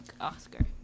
Oscar